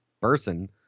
person